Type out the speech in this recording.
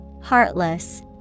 Heartless